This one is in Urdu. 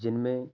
جن میں